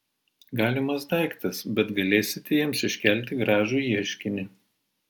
galimas daiktas bet galėsite jiems iškelti gražų ieškinį